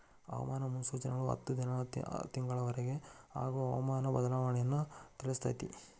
ಹವಾಮಾನ ಮುನ್ಸೂಚನೆಗಳು ಹತ್ತು ದಿನಾ ತಿಂಗಳ ವರಿಗೆ ಆಗುವ ಹವಾಮಾನ ಬದಲಾವಣೆಯನ್ನಾ ತಿಳ್ಸಿತೈತಿ